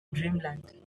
dreamland